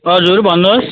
हजुर भन्नुहोस्